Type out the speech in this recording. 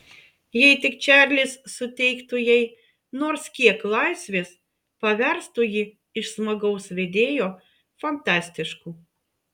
jei tik čarlis suteiktų jai nors kiek laisvės paverstų jį iš smagaus vedėjo fantastišku